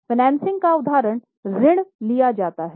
financing का उदाहरण ऋण लिया जाता है